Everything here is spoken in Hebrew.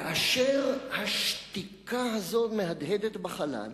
וכאשר השתיקה הזאת מהדהדת בחלל,